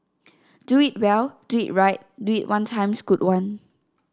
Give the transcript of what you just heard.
do it well do it right do it one times good one